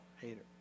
hater